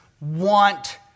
want